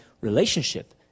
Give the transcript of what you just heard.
relationship